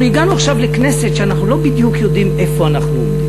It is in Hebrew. אנחנו הגענו עכשיו לכנסת שאנחנו לא בדיוק יודעים איפה אנחנו עומדים.